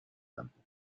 tampoco